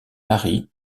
marie